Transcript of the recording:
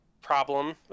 problem